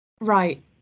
Right